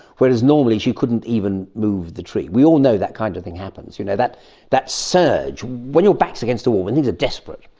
whereas normally she couldn't even move the tree. we all know that kind of thing happens, you know that that surge when your back is against the wall, when things are desperate.